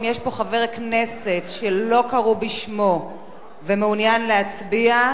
אם יש פה חבר כנסת שלא קראו בשמו ומעוניין להצביע,